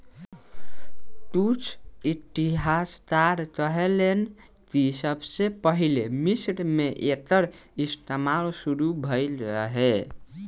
कुछ इतिहासकार कहेलेन कि सबसे पहिले मिस्र मे एकर इस्तमाल शुरू भईल रहे